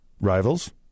Rivals